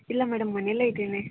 ಇಲ್ಲ ಮೇಡಮ್ ಮನೆಯಲ್ಲೇ ಇದ್ದೀನಿ